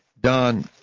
Don